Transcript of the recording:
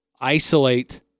isolate